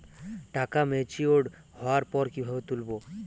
টাকা ম্যাচিওর্ড হওয়ার পর কিভাবে তুলব?